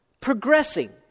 progressing